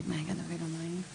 והחיים שלי